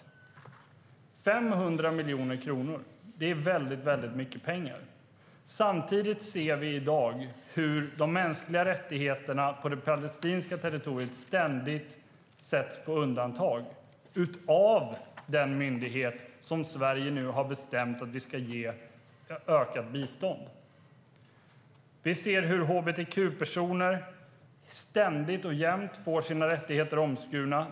500 miljoner kronor är väldigt mycket pengar. Samtidigt ser vi i dag hur de mänskliga rättigheterna på det palestinska territoriet ständigt sätts på undantag av den myndighet som Sverige nu har bestämt att vi ska ge ökat bistånd. Vi ser hur hbtq-personer ständigt och jämt får sina rättigheter kringskurna.